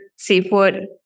Seafood